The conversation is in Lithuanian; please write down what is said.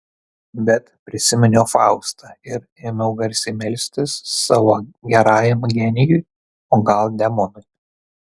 bet prisiminiau faustą ir ėmiau garsiai melstis savo gerajam genijui o gal demonui